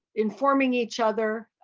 informing each other.